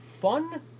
fun